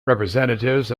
representatives